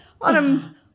on